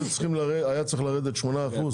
היה צריך לרדת 8%,